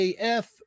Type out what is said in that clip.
AF